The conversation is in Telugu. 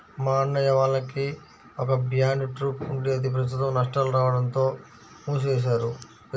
మా అన్నయ్య వాళ్లకి ఒక బ్యాండ్ ట్రూప్ ఉండేది ప్రస్తుతం నష్టాలు రాడంతో మూసివేశారు